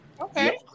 Okay